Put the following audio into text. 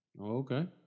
Okay